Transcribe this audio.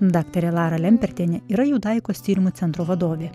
daktarė lara lempertienė yra judaikos tyrimų centro vadovė